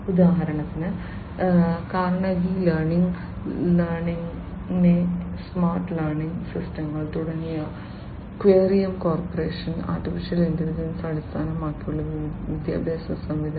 ഉദാഹരണത്തിന് കാർണഗീ ലേണിംഗിന്റെ smart learning സിസ്റ്റങ്ങൾ തുടർന്ന് ക്വേറിയം കോർപ്പറേഷൻ AI അടിസ്ഥാനമാക്കിയുള്ള വിദ്യാഭ്യാസ സംവിധാനം